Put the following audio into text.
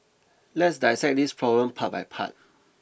let's dissect this problem part by part